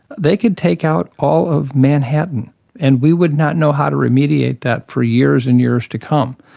they could take out all of manhattan and we would not know how to remediate that for years and years to come.